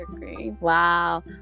Wow